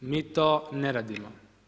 Mi to ne radimo.